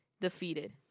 Defeated